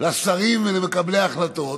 לשרים ולמקבלי ההחלטות,